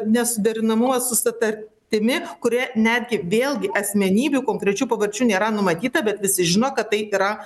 nesuderinamumas su sutar timi kurioje netgi vėlgi asmenybių konkrečių pavardžių nėra numatyta bet visi žino kad tai yra